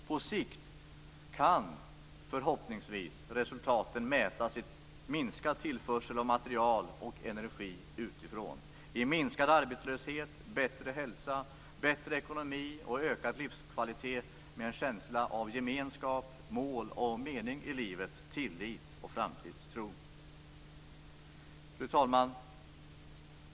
På sikt kan förhoppningsvis resultaten mätas i minskad tillförsel av material och energi utifrån, i minskad arbetslöshet, bättre hälsa, bättre ekonomi och ökad livskvalitet med en känsla av gemenskap, mål och mening i livet, med tillit och framtidstro. Fru talman!